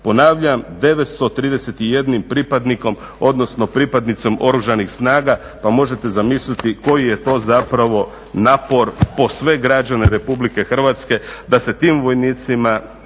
Ponavljam, 931 pripadnikom odnosno pripadnicom Oružanih snaga pa možete zamisliti koji je to zapravo napor po sve građane RH, da se tim vojnicima,